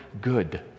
good